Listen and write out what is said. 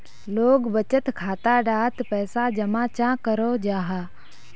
लोग बचत खाता डात पैसा जमा चाँ करो जाहा?